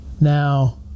Now